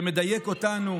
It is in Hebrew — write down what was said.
זה מדייק אותנו,